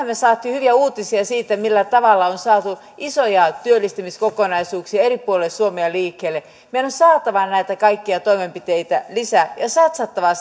me saimme hyviä uutisia siitä millä tavalla on saatu isoja työllistymiskokonaisuuksia eri puolilla suomea liikkeelle meidän on saatava näitä kaikkia toimenpiteitä lisää ja satsattava